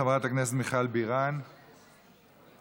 חברת הכנסת מיכל בירן, בבקשה.